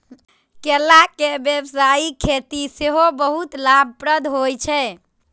केलाक व्यावसायिक खेती सेहो बहुत लाभप्रद होइ छै